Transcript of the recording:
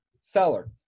seller